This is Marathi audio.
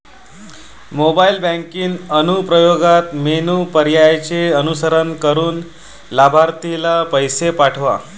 मोबाईल बँकिंग अनुप्रयोगात मेनू पर्यायांचे अनुसरण करून लाभार्थीला पैसे पाठवा